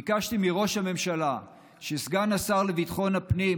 ביקשתי מראש הממשלה שסגן השר לביטחון הפנים,